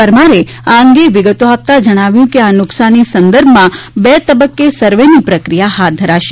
પરમારે આ અંગેની વિગતો આપતાં જણાવ્યું કે આ નુકસાની સંદર્ભમાં બે તબક્કે સરવેની પ્રક્રિયા હાથ ધરાશે